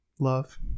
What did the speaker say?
love